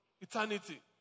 eternity